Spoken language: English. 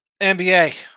NBA